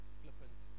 flippant